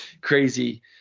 crazy